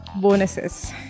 Bonuses